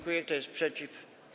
Kto jest przeciw?